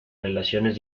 relaciones